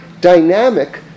dynamic